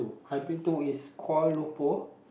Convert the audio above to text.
I've been to is Kuala Lumpur